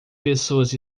pessoas